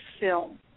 film